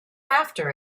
after